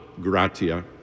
gratia